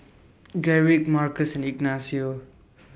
Garrick Markus Ignacio